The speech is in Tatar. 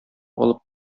алып